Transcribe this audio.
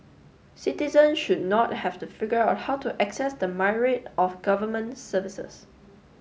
citizen should not have to figure out how to access the myriad of government services